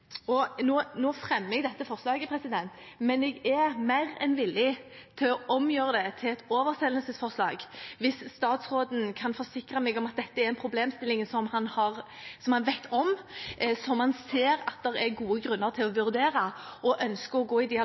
mer enn villig til å omgjøre det til et oversendelsesforslag hvis statsråden kan forsikre meg om at dette er en problemstilling som han vet om, som han ser at det er gode grunner til å vurdere, og ønsker å gå i